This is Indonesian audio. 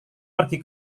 pergi